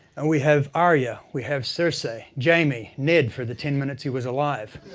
and we have arya. we have so cersei, yeah jaime, ned, for the ten minutes he was alive.